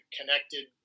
connected